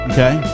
Okay